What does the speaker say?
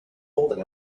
holding